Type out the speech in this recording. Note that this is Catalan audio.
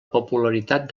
popularitat